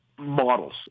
Models